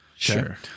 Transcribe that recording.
Sure